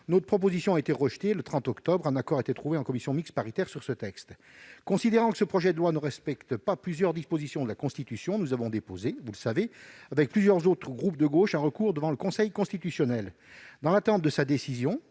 Cette proposition a été rejetée le 30 octobre dernier et un accord a été trouvé en commission mixte paritaire sur le projet de loi. Considérant que ce projet de loi ne respectait pas plusieurs dispositions de la Constitution, nous avons déposé, avec plusieurs autres groupes de gauche, un recours devant le Conseil Constitutionnel. Dans l'attente de cette décision